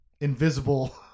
invisible